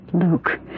Luke